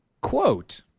quote